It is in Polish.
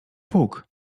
puk